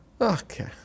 Okay